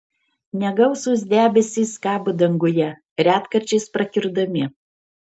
negausūs debesys kabo danguje retkarčiais prakiurdami